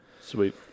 Sweet